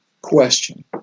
question